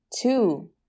Two